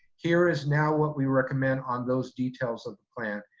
here is now what we recommend on those details of the plan.